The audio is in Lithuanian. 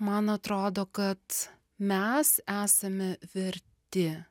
man atrodo kad mes esame verti